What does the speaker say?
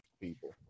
people